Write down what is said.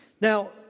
Now